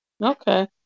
Okay